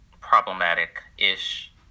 problematic-ish